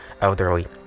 elderly